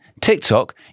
TikTok